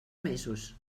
mesos